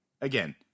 again